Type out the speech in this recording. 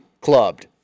clubbed